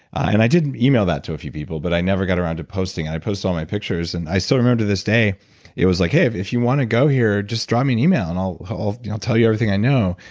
and i did email that to a few people, but i never got around to posting. i posted all my pictures and i still remember to this day it was like, hey, if if you want to go here, just drop me an email and i'll i'll tell you everything i know.